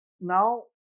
now